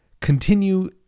continue